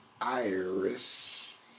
Iris